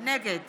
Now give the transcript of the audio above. נגד